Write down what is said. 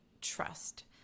trust